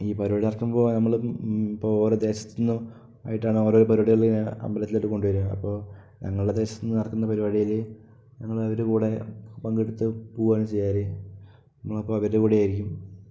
ഈ പരിപാടി നടത്തുമ്പോൾ നമ്മളും ഇപ്പോൾ ഓരോ ദേശത്ത് നിന്ന് ആയിട്ടാണ് ഓരോ പരിപാടികള് അമ്പലത്തിലേട്ട് കൊണ്ട് വരിക അപ്പോൾ ഞങ്ങൾടെ ദേശത്ത് നിന്ന് നടത്തുന്ന പരിപാടില് ഞങ്ങള് അതിൻ്റെ കൂടെ പങ്കെടുത്ത് പോകുവാണ് ചെയ്യാറ് നമ്മള് അപ്പോൾ അവരുടേ കൂടേയിരിക്കും